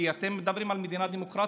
כי אתם מדברים על מדינה דמוקרטית,